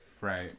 Right